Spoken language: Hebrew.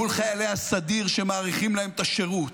מול חיילי הסדיר שמאריכים להם את השירות,